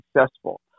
successful